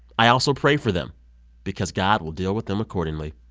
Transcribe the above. i also pray for them because god will deal with them accordingly.